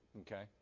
Okay